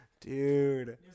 dude